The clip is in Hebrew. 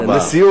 הנשיאות,